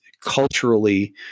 culturally